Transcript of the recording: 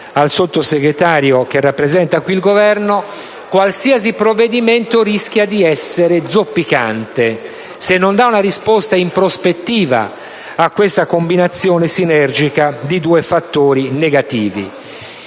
al Sottosegretario che rappresenta qui il Governo - è che qualsiasi provvedimento rischia di essere zoppicante se non dà una risposta in prospettiva a questa combinazione sinergica di due fattori negativi.